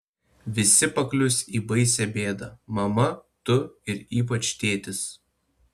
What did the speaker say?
visi paklius į baisią bėdą mama tu ir ypač tėtis